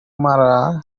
mara